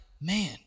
man